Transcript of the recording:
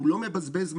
הוא לא מבזבז מים,